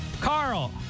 Carl